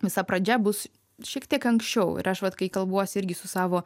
visa pradžia bus šiek tiek anksčiau ir aš vat kai kalbuosi irgi su savo